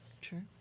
Sure